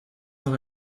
noch